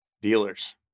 dealers